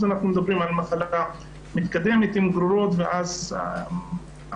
אנחנו מדברים על מחלה מתקדמת עם גרורות ואז אנחנו